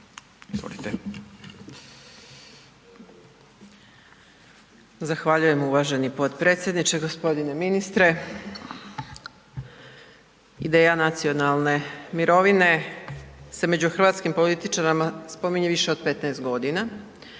Zahvaljujem uvaženi potpredsjedniče, g. ministre. Ideja nacionalne mirovine se među hrvatskim političarima spominje više od 15 g.